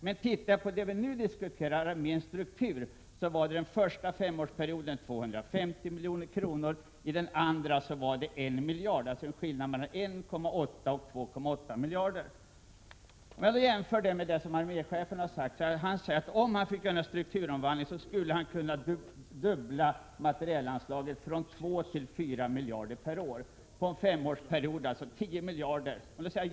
När det gäller det som vi nu diskuterar, arméns struktur, handlar det under den första femårsperioden om ett moderat påslag på 250 milj.kr. och under perioden 1992-1997 om 1 miljard över majoritetens förslag, nämligen 2,8 resp. 1,8 miljarder över den s.k. grundnivån. Arméchefen säger: Om man kunde göra en strukturomvandling, skulle han kunna dubbla materielanslaget från 2 till 4 miljarder per år — alltså med 10 miljarder under en femårsperiod.